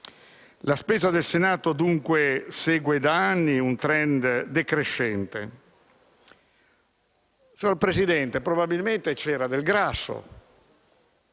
La spesa del Senato, dunque, segue da anni un *trend* decrescente. Signor Presidente, probabilmente c'era del grasso.